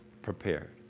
Prepared